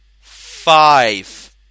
five